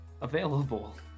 available